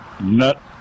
nut